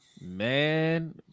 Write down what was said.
man